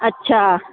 अच्छा